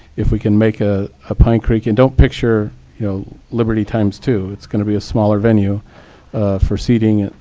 if we can make ah a pine creek and don't picture you know liberty times two. it's going to be a smaller venue for seating.